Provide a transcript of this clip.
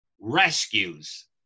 rescues